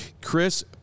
Chris